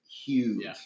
huge